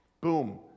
Boom